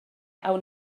awn